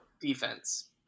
defense